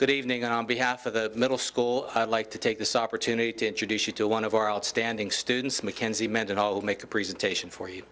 good evening on behalf of the middle school like to take this opportunity to introduce you to one of our outstanding students mckenzie mendenhall make a presentation for you